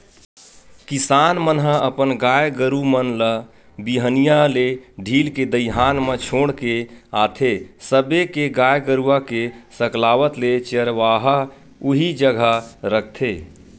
किसान मन ह अपन गाय गरु मन ल बिहनिया ले ढील के दईहान म छोड़ के आथे सबे के गाय गरुवा के सकलावत ले चरवाहा उही जघा रखथे